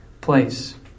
place